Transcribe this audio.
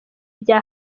bya